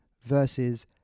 versus